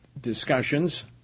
discussions